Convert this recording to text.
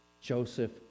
Joseph